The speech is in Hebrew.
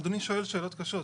אדוני שואל שאלות קשות.